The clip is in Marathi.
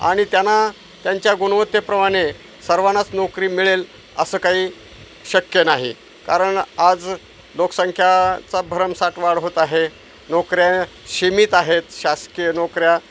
आणि त्यांना त्यांच्या गुणवत्तेप्रमाणे सर्वांनाच नोकरी मिळेल असं काही शक्य नाही कारण आज लोकसंख्येची भरमसाठ वाढ होत आहे नोकऱ्या सीमित आहेत शासकीय नोकऱ्या